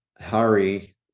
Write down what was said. Hari